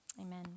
Amen